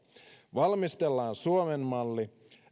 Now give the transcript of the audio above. valmistellaan suomen malli